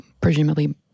presumably